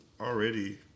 already